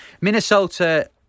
Minnesota